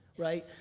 right?